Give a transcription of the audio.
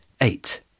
Eight